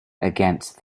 against